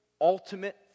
ultimate